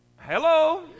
Hello